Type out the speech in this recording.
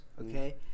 Okay